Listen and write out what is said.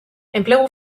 enplegu